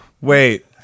wait